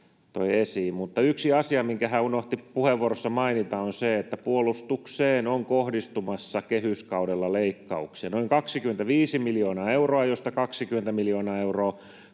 yksi asia, minkä hän unohti puheenvuorossaan mainita, on se, että puolustukseen on kohdistumassa kehyskaudella leikkauksia noin 25 miljoonaa euroa, josta 20 miljoonaa euroa